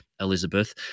Elizabeth